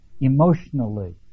emotionally